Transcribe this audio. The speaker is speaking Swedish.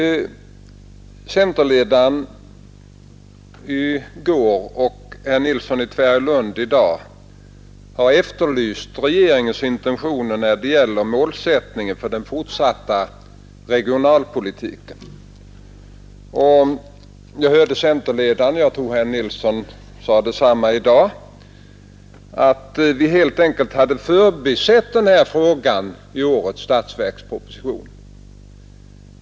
Regeringens intentioner när det gäller målsättningen för den fortsatta regionalpolitiken efterlystes i går av centerpartiledaren och i dag av herr Nilsson i Tvärålund. Centerpartiledaren sade — och jag tror att herr Nilsson sade detsamma — att vi helt enkelt hade förbisett denna fråga i årets statsverksproposition.